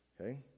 Okay